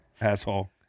asshole